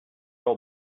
old